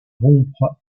rompre